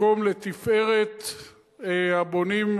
מקום לתפארת הבונים,